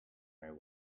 know